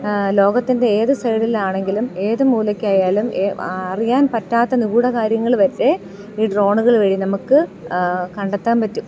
ലോകത്തിൻ്റെ ഏത് സൈഡിലാണെങ്കിലും ഏത് മൂലക്കായാലും അറിയാൻ പറ്റാത്ത നിഗൂഡ കാര്യങ്ങൾ വരെ ഈ ഡ്രോണുകൾ വഴി നമുക്ക് കണ്ടെത്താൻ പറ്റും